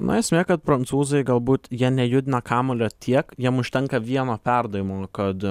na esmė kad prancūzai galbūt jie nejudina kamuolio tiek jiem užtenka vieno perdavimo kad